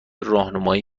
راهنمایی